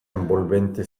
envolvente